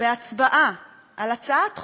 בהצבעה על הצעת חוק,